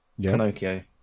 Pinocchio